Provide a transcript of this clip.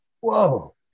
Whoa